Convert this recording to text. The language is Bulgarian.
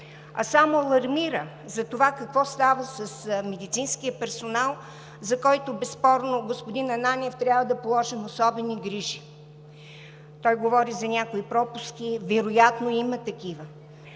а само алармира за това какво става с медицинския персонал, за който безспорно, господин Ананиев, трябва да положим особени грижи. Той говори за някои пропуски. Вероятно има такива.